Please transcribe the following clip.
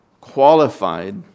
qualified